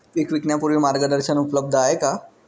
पीक विकण्यापूर्वी मार्गदर्शन उपलब्ध आहे का?